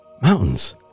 Mountains